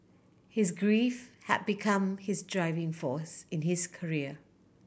his grief had become his driving force in his career